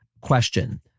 question